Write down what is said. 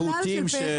בסוף הם השתכנעו.